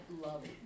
love